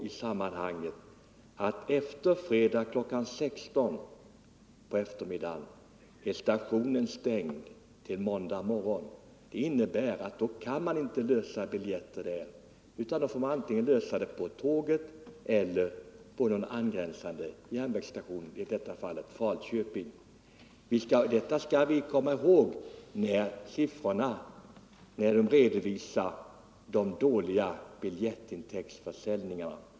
Från fredag klockan 16 till måndag morgon är stationen stängd. Då kan man inte köpa biljetter vid stationen, utan det får göras på tåget eller Falköpings järnvägsstation. Detta skall man komma ihåg när man tar del av siffrorna för biljettförsäljningen.